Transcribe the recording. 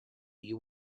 you